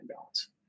balance